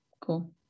Cool